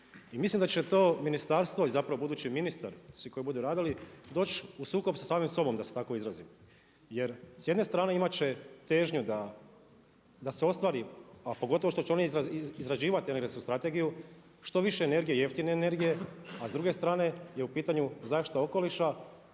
mislim da će to ministarstvo i zapravo budući ministar, svi koji budu radili doći u sukob sa samim sobom da se tako izrazim jer s jedne strane imat će težnju da se ostvari a pogotovo što će oni izrađivati energetsku strategiju, što više energije, jeftine energije a s druge strane je u pitanju zaštita okoliša